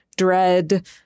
dread